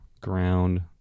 ground